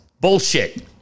Bullshit